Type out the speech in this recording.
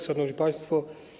Szanowni Państwo!